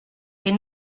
est